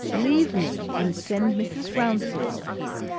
leave me, and send mrs. rouncewell here!